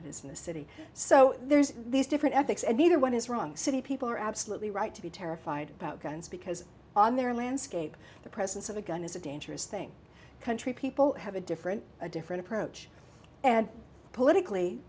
it is in the city so there's these different ethics and neither one is wrong city people are absolutely right to be terrified about guns because on their landscape the presence of a gun is a dangerous thing country people have a different a different approach and